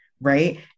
right